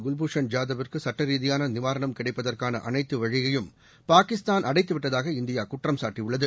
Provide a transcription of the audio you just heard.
குல்பூஷன் யாதவ்விற்கு சட்ட ரீதியானநிவாரணம் கிடைப்பதற்கான அனைத்து வழியையும் பாகிஸ்தான் அடைத்து விட்டதாக இந்தியா குற்றம் சாட்டியுள்ளது